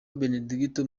benedigito